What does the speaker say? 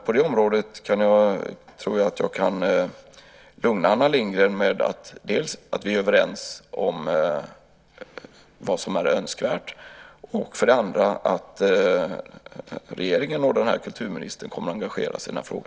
På det området tror jag alltså att jag nog kan lugna Anna Lindgren dels med att vi är överens om vad som är önskvärt, dels med att regeringen och den här kulturministern kommer att engagera sig i denna fråga.